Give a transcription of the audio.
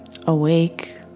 Awake